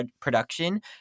production